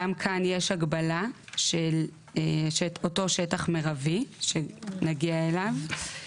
גם כאן יש הגבלה של אותו שטח מירבי, שנגיע אליו.